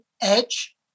edge